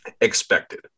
expected